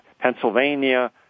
Pennsylvania